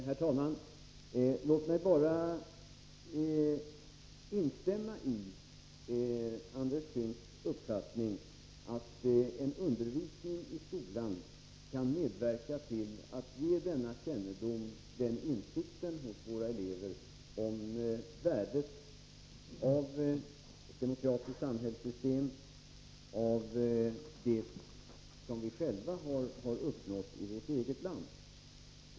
Herr talman! Låt mig bara instämma i Andres Kängs uppfattning att en undervisning i skolan kan medverka till att ge denna kännedom och insikt hos våra elever om värdet av ett demokratiskt samhällssystem, av det som vi själva har uppnått i vårt eget land.